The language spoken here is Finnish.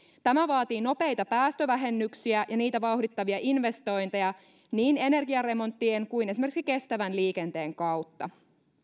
tämä vaatii nopeita päästövähennyksiä ja niitä vauhdittavia investointeja niin energiaremonttien kuin esimerkiksi kestävän liikenteen kautta